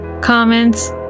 comments